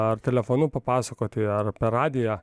ar telefonu papasakoti ar per radiją